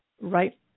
right